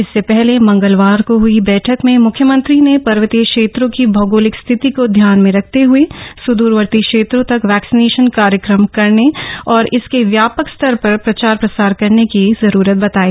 इससे पहले मंगलवार को हई बैठक में मुख्यमंत्री ने पर्वतीय क्षेत्रों की भौगोलिक स्थिति को ध्यान में रखते हुए सुदूरवर्ती क्षेत्रों तक वैक्सीनेशन कार्यक्रम करने और इसके व्यापक स्तर पर प्रचार प्रसार करने की जरूरत बताई